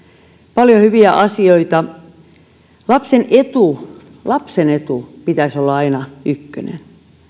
paljon hyviä asioita lapsen etu lapsen etu pitäisi olla aina ykkönen